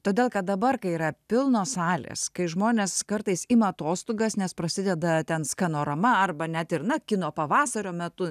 todėl kad dabar kai yra pilnos salės kai žmonės kartais ima atostogas nes prasideda ten skanorama arba net ir na kino pavasario metu